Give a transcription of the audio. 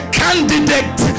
candidate